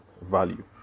value